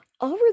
over